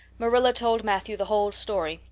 marilla told matthew the whole story,